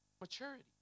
Maturity